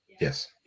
Yes